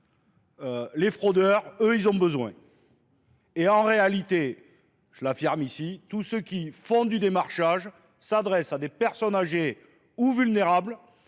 Les fraudeurs, eux, ils ont besoin. Et en réalité, je l'affirme ici, tous ceux qui font du démarchage s'adressent à des personnes âgées ou vulnérables.